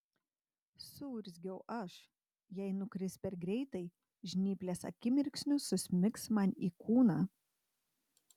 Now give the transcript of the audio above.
suurzgiau aš jei nukris per greitai žnyplės akimirksniu susmigs man į kūną